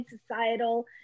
societal